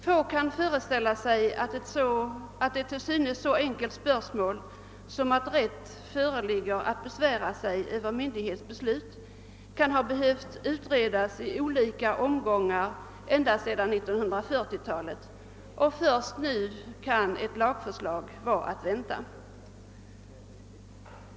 Få kan föreställa sig att ett till synes så enkelt spörsmål som rätten att besvära sig över myndighets beslut kan ha behövt utredas i olika omgångar ända sedan 1940-talet och att ett lagförslag är att vänta först nu.